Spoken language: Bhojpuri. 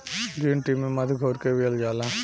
ग्रीन टी में मध घोर के पियल जाला